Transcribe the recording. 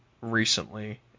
recently